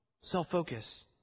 self-focus